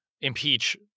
impeach